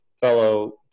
fellow